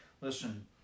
Listen